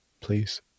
please